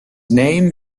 name